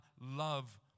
love